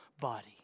body